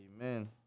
Amen